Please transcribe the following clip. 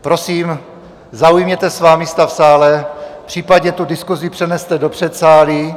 Prosím, zaujměte svá místa v sále, případně tu diskuzi přeneste do předsálí.